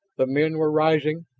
the men were rising,